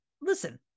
listen